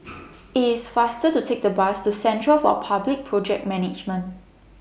IT IS faster to Take The Bus to Centre For Public Project Management